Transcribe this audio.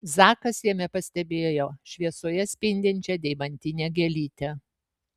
zakas jame pastebėjo šviesoje spindinčią deimantinę gėlytę